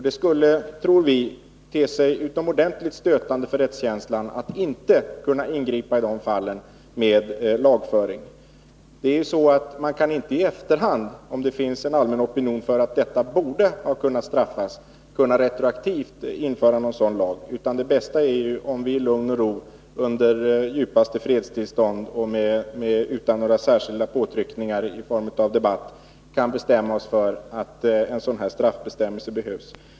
Det skulle, tror vi, te sig utomordentligt stötande för rättskänslan att i de fallen inte kunna ingripa med lagföring. Man kan inte i efterhand, om det finns en allmän opinion för att en gärning borde ha kunnat straffas, retroaktivt införa en sådan lag. Det bästa är ju om vi i lugn och ro, under djupaste fredstillstånd och utan några särskilda påtryckningar i form av debatt, kan bestämma oss för att en sådan här straffbestämmelse behövs.